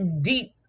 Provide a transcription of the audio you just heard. deep